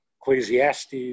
Ecclesiastes